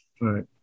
right